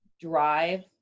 drive